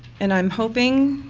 and i'm hoping